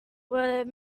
were